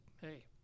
hey